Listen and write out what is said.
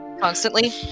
Constantly